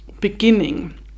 beginning